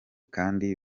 kandi